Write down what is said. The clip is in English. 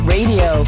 Radio